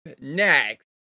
next